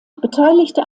beteiligte